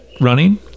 running